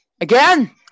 Again